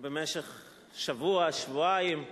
במשך שבוע, שבועיים.